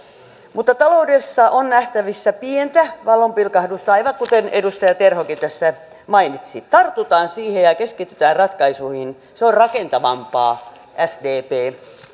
mutta taloudessa on nähtävissä pientä valonpilkahdusta aivan kuten edustaja terhokin tässä mainitsi tartutaan siihen ja ja keskitytään ratkaisuihin se on rakentavampaa sdp